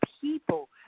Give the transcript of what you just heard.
people